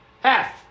half